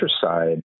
side